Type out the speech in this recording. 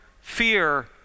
fear